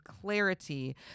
clarity